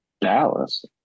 Dallas